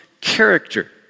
character